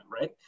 right